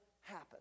happen